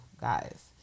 guys